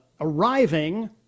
arriving